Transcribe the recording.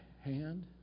hand